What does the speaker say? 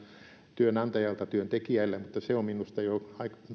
työnantajalta työntekijälle mutta se on minusta jo